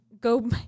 go